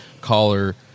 caller